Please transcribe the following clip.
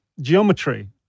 geometry